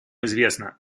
известно